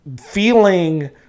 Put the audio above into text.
feeling